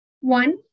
One